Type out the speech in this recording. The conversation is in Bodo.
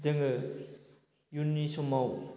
जोङो इयुननि समाव